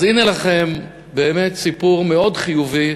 אז הנה לכם באמת סיפור מאוד חיובי,